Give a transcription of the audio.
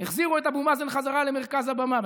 החזירו את אבו מאזן בחזרה למרכז הבמה,